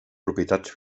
propietats